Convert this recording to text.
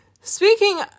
Speaking